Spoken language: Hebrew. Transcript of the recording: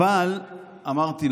אמרתי,